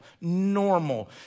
normal